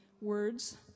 words